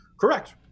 Correct